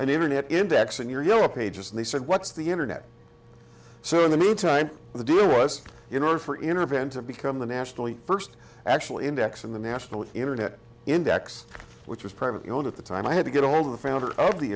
an internet index in your yellow pages and they said what's the internet so in the meantime the deal was in order for intervention become the nationally first actual index in the national internet index which was privately owned at the time i had to get ahold of the founder of the